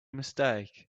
mistake